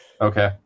Okay